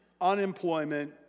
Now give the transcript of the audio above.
unemployment